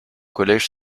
collège